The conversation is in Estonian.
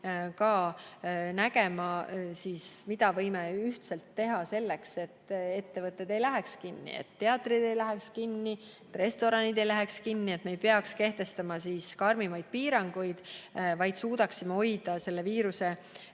nägema seda, mida võime ühiselt teha selleks, et ettevõtted ei läheks kinni, teatrid ei läheks kinni, restoranid ei läheks kinni, me ei peaks kehtestama karmimaid piiranguid, vaid suudaksime hoida viiruse